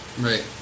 Right